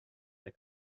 come